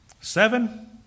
Seven